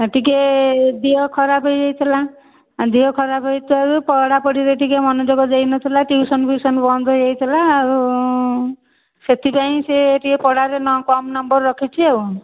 ଟିକିଏ ଦେହ ଖରାପ ହେଇଯାଇଥିଲା ଦେହ ଖରାପ ହେଇଥିବାରୁ ପଢ଼ାପଢ଼ିରେ ଟିକିଏ ମନଯୋଗ ଦେଇ ନଥିଲା ଟିଉସନ ଫିଉସନ ବନ୍ଦ ହେଇଯାଇଥିଲା ଆଉ ସେଥିପାଇଁ ସେ ଟିକିଏ ପଢ଼ାରେ ନ କମ ନମ୍ବର ରଖିଛି ଆଉ